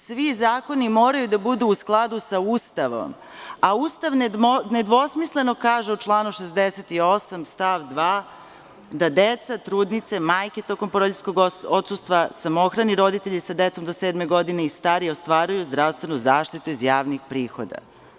Svi zakoni moraju da budu u skladu sa Ustavom, a Ustav nedvosmisleno kaže u članu 68. stav 2. da deca, trudnice, majke tokom porodiljskog odsustva, samohrani roditelji sa decom do sedme godine i stariji ostvaruju zdravstvenu zaštitu iz javnih prihoda.